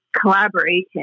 collaboration